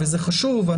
וזה חשוב,